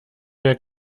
der